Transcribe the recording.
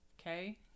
okay